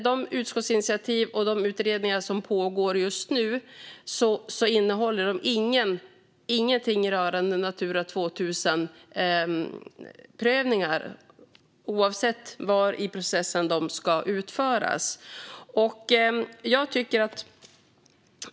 De utskottsinitiativ och de utredningar som pågår just nu innehåller inget rörande Natura 2000-prövningar, oavsett var i processen de ska utföras.